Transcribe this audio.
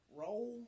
roll